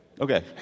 Okay